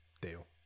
deal